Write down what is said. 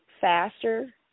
faster